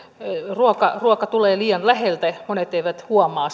ruoka ruoka tulee liian läheltä monet eivät huomaa